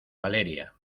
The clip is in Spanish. valeria